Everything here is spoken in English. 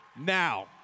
now